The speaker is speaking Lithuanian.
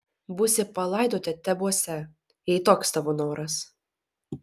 būsi palaidota tebuose jei toks tavo noras